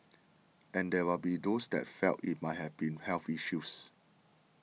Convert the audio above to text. and there will be those that felt it might have been health issues